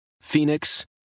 Phoenix